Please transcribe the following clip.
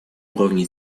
уровне